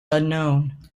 unknown